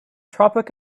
tropic